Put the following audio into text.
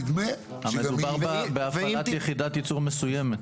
מדובר בהפעלת יחידת ייצור מסוימת.